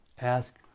ask